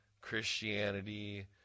Christianity